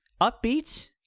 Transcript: upbeat